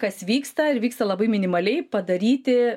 kas vyksta ir vyksta labai minimaliai padaryti